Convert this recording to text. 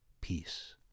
peace